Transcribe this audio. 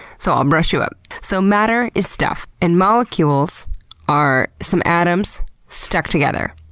so i'll brush you up. so matter is stuff. and molecules are some atoms stuck together.